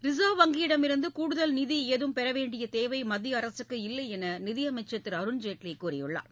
reserve வங்கியிடமிருந்து கூடுதல் நிதி ஏதும் பெற வேண்டிய தேவை மத்திய அரசுக்கு இல்லையென நிதியமைச்சர் திரு அருண்ஜேட்லி கூறியுள்ளார்